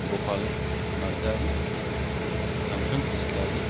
गपाल नार्जारि सानखां इस्लारि